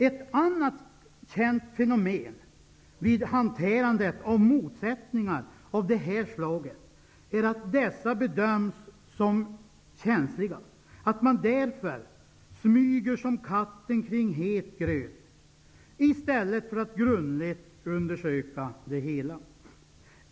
Ett annat känt fenomen vid hanterandet av motsättningar av det här slaget är att dessa bedöms som känsliga och att man därför ''smyger som katten kring het gröt'' i stället för att grundligt undersöka det hela.